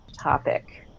topic